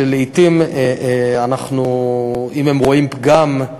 שלעתים אם הם רואים פגם,